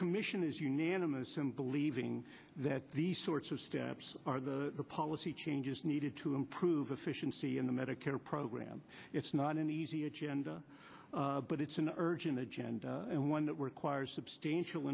commission is unanimous in believing that these sorts of steps are the policy changes needed to improve efficiency in the medicare program it's not an easy agenda but it's an urgent agenda and one that we're choir's substantial